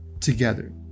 together